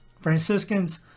Franciscans